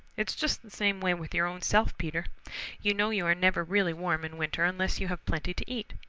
it's just the same way with your own self, peter you know you are never really warm in winter unless you have plenty to eat.